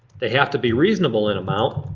they have to be reasonably in amount,